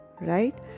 right